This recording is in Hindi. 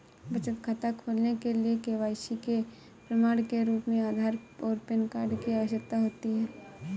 बचत खाता खोलने के लिए के.वाई.सी के प्रमाण के रूप में आधार और पैन कार्ड की आवश्यकता होती है